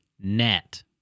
net